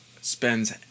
spends